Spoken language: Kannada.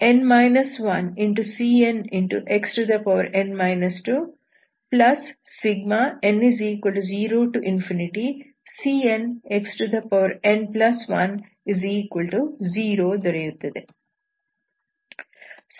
ಇದರಿಂದ ನನಗೆ n2ncnxn 2n0cnxn10 ದೊರೆಯುತ್ತದೆ